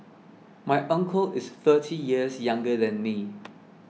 my uncle is thirty years younger than me